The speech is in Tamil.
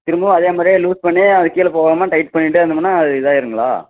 திரும்பவும் அதே மாதிரியே லூஸ் பண்ணி அது கீழே போகாம டைட் பண்ணிகிட்டே இருந்தோம்னால் அது இதாயிடுங்களா